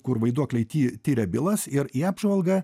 kur vaiduokliai ti tiria bylas ir į apžvalgą